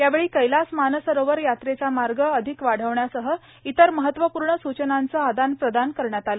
यावेळी कैलास मानसरोवर यात्रेचा मार्ग अधिक वाढवण्यासह इतर महत्वपूर्ण सूचनांचं आदान प्रदान करण्यात आलं